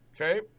okay